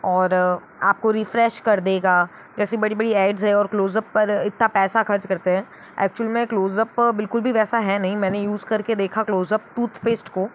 और आपको रिफ़्रेश कर देगा जैसी बड़ी बड़ी एड्स हैं और क्लोज़ अप पर इतना पैसा खर्च करते हैं एक्चुअल में क्लोज़ अप बिल्कुल भी वैसा है नहीं मैंने यूज़ करके देखा क्लोज़ अप टूथपेस्ट को